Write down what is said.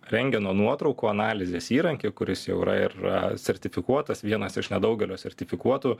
rentgeno nuotraukų analizės įrankį kuris jau yra ir a sertifikuotas vienas iš nedaugelio sertifikuotų